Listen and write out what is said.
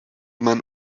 man